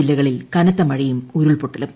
ജില്ലകളിൽ കനത്ത മഴയും ഉരുൾപ്പൊട്ടലും